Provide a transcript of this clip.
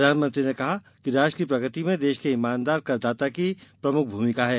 प्रधानमंत्री ने कहा कि राष्ट्र की प्रगति में देश के ईमानदार करदाता की प्रमुख भूमिका है